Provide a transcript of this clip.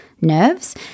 nerves